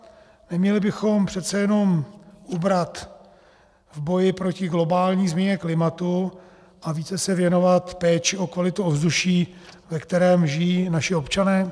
Neměli bychom přece jenom ubrat v boji proti globální změně klimatu a více se věnovat péči o kvalitu ovzduší, ve kterém žijí naši občané?